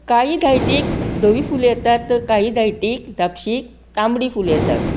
कांयी धायटीक धवीं फुलां येतात तर कांयी धायटीक धापशीक कायी फूलां येतात